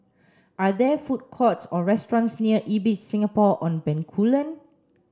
are there food courts or restaurants near Ibis Singapore on Bencoolen